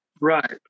Right